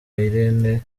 irene